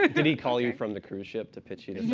ah did he call you from the cruise ship to pitch you